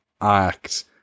act